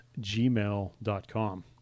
gmail.com